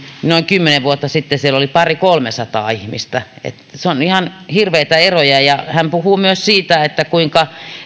noin kymmenen vuotta sitten siellä oli pari kolmesataa ihmistä ne ovat ihan hirveitä eroja hän puhui myös siitä kuinka